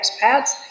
expats